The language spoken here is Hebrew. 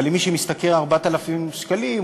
אבל למי שמשתכר 4,000 שקלים,